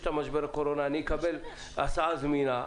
משבר הקורונה אני אקבל הסעה זמינה,